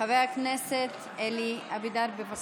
חבר הכנסת אלי אבידר, בבקשה.